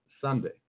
Sunday